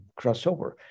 crossover